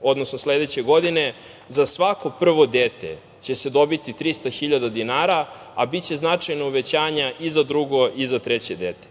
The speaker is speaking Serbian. januara sledeće godine za svako prvo dete će se dobiti 300.000 dinara, a biće značajnog uvećanja i za drugo i za treće dete.